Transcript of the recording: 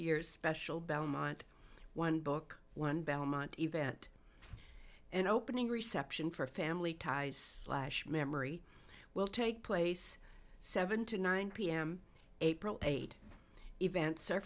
year's special belmont one book one belmont event and opening reception for family ties memory will take place seven to nine pm april eight events are